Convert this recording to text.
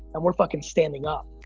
and we're fucking standing up.